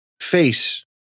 face